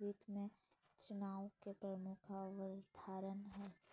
वित्त मे बचाव के मुख्य अवधारणा हय